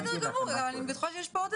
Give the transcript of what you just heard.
זה בהחלט כמו שמאיר כבר ציין אנשים שזקוקים